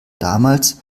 damals